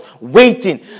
waiting